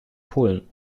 polen